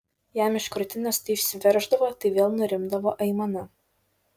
jam iš krūtinės tai išsiverždavo tai vėl nurimdavo aimana